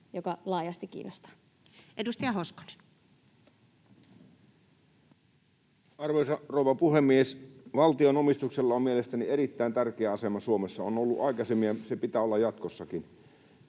vuodelle 2022 Time: 10:08 Content: Arvoisa rouva puhemies! Valtion omistuksella on mielestäni erittäin tärkeä asema Suomessa — on ollut aikaisemmin ja se pitää olla jatkossakin.